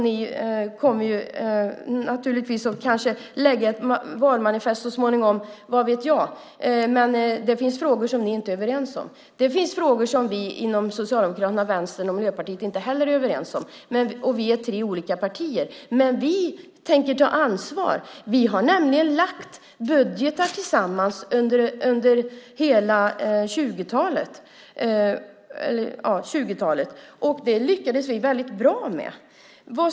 Ni kommer kanske att lägga fram ett valmanifest så småningom - vad vet jag - men det finns frågor som ni inte är överens om. Det finns frågor som vi i Socialdemokraterna, Vänstern och Miljöpartiet inte heller är överens om. Vi är tre olika partier. Men vi tänker ta ansvar. Vi lade nämligen fram budgetar tillsammans under hela 2000-talet. Det lyckades vi väldigt bra med.